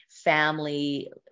family